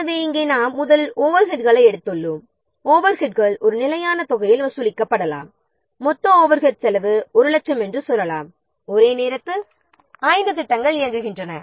எனவே இங்கே நாம் முதலில் ஓவர்ஹெட்களை எடுத்துள்ளோம் ஓவர்ஹெட்கள் ஒரு நிலையான தொகையில் வசூலிக்கப்படலாம் மொத்த ஓவர்ஹெட் செலவு 1 லட்சம் என்று சொல்லலாம் ஒரே நேரத்தில் 5 ப்ராஜெக்ட்கள் இயங்குகின்றன